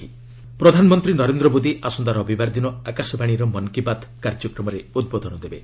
ମନ୍କୀ ବାତ୍ ପ୍ରଧାନମନ୍ତ୍ରୀ ନରେନ୍ଦ୍ର ମୋଦି ଆସନ୍ତା ରବିବାର ଦିନ ଆକାଶବାଣୀର ମନ୍କୀ ବାତ୍ କାର୍ଯ୍ୟକ୍ରମରେ ଉଦ୍ବୋଧନ ଦେବେ